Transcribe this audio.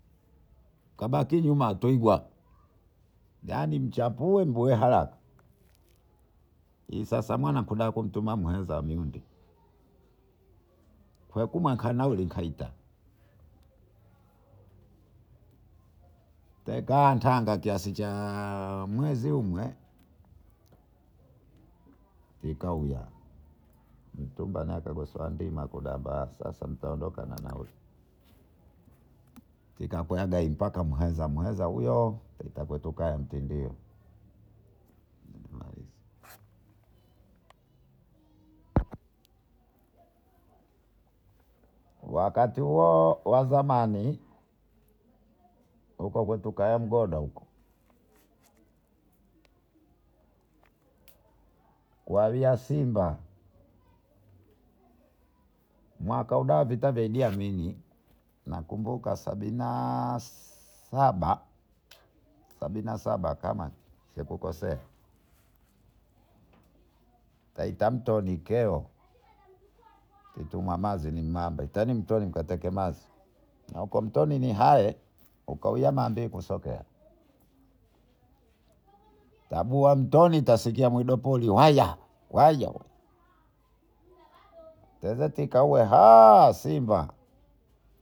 Kabaki nyuma twigwa yaani mchapue mbuyeharaka isasamwanakudamtumemwenza mihundi kekuma kanaulikaita teka ntanga kiasi cha mwenzi huo ikawia sasa mtaondoka na nauli ikakweagai mbaka muhenza muhenza huyoo ikatekukae mtindio wakati huo wa zamani ukokutukaemgodo huko waliasimba mwakauda Vita vya idiamini nakumbuka sabini nasaba sabini na saba kama sikukosaa taitamtoni keo itumwamaze imbaye twaite mtoni mkatekemaze nahukomtoni ni haye ukawiamandiku usogea tabuamtoni utasikia mwidopori wayawayo tezekitaue Simba.